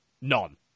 None